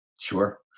Sure